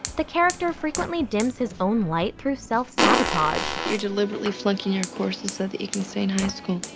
the character frequently dims his own light through self-sabotage. you're deliberately flunking your courses so that you can stay in high school,